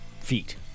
feet